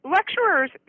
Lecturers